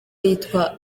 yitwa